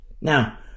Now